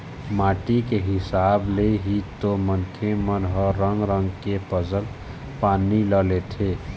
माटी के हिसाब ले ही तो मनखे मन ह रंग रंग के फसल पानी ल लेथे